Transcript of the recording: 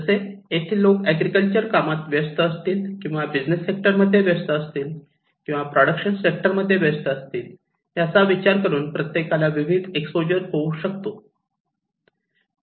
जसे तेथील लोक एग्रीकल्चर कामात व्यस्त असतील किंवा बिझनेस सेक्टर मध्ये व्यस्त असतील किंवा प्रोडक्शन सेक्टर मध्ये व्यस्त असतील याचा विचार करून प्रत्येकाला विविध एक्स्पोजर होऊ शकतो